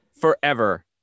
forever